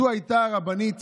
זו הייתה הרבנית